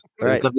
Right